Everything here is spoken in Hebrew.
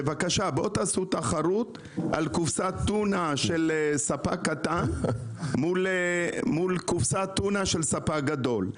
בבקשה בואו תחרות על קופסת טונה של ספק קטן מול קופסת טונה של ספק גדול.